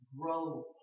grow